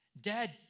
dad